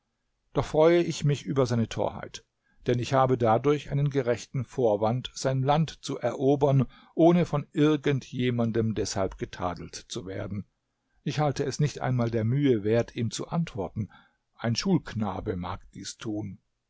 doch freue ich mich über seine torheit denn ich habe dadurch einen gerechten vorwand sein land zu erobern ohne von irgend jemandem deshalb getadelt zu werden ich halte es nicht einmal der mühe wert ihm zu antworten ein schulknabe mag dies tun